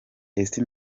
ese